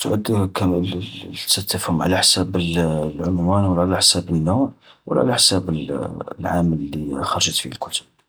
تعود كامل تستفهم على حساب العنوان ولا على حساب النوع ولا على حساب العام اللي خرجت فيه الكتب.